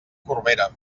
corbera